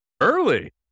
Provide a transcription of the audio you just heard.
Early